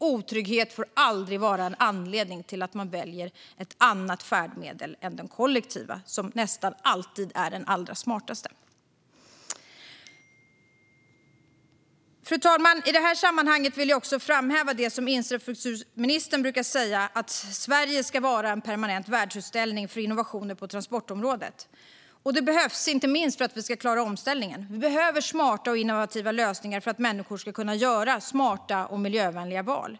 Otrygghet får aldrig vara en anledning till att man väljer ett annat färdmedel än det kollektiva, som nästan alltid är det allra smartaste. Fru talman! I det här sammanhanget vill jag också framhäva det som infrastrukturministern brukar säga: Sverige ska vara en permanent världsutställning för innovationer på transportområdet. Det behövs för att vi ska klara omställningen. Vi behöver smarta och innovativa lösningar för att människor ska kunna göra smarta och miljövänliga val.